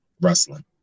wrestling